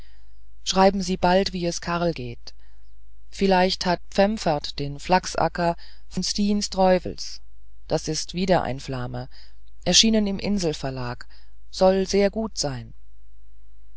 schreiben sie bald wie es karl geht vielleicht hat pfemfert den flachsacker von stijn streuvels das ist wieder ein flame erschienen im inselverlag soll sehr gut sein